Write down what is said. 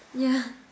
yeah